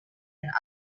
and